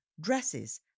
dresses